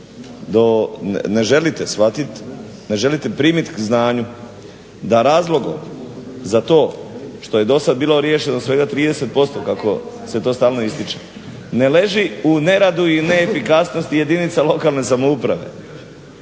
ne želite shvatiti, ne želite primiti k znanju da razloga za to što je do sada bilo riješeno svega 30% kako se to stalno ističe ne leži u neradu i neefikasnosti jedinica lokalne samouprave